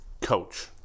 coach